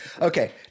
Okay